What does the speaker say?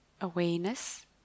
awareness